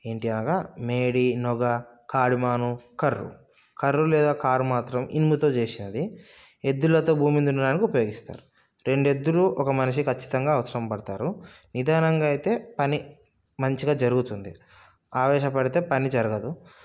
ఏంటి అనగా మేడి నొగ కాడుమాను కర్రు కర్రు లేదా కారు మాత్రం ఇనుముతో చేసినవి ఎద్దులతో భూమిని దున్నడానికి ఉపయోగిస్తారు రెండు ఎద్దులు ఒక మనిషి ఖచ్చితంగా అవసరం పడతారు నిదానంగా అయితే పని మంచిగా జరుగుతుంది ఆవేశపడితే పని జరగదు